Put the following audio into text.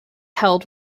held